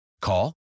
Call